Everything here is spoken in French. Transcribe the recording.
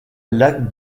lac